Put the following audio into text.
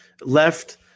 left